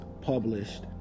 published